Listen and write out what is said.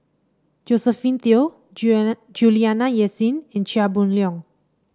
Josephine Teo Juliana Yasin and Chia Boon Leong